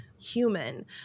human